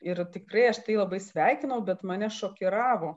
ir tikrai tai labai sveikinau bet mane šokiravo